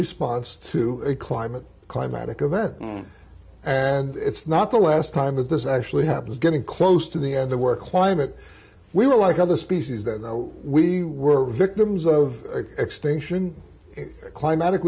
response to climate climatic event and it's not the last time that this actually happens getting close to the end the work line that we were like other species that we were victims of extinction climatic